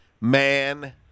man